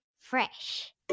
Fresh